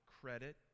credit